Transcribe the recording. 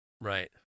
Right